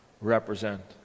represent